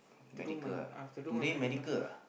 medical ah today medical ah